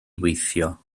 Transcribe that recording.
weithio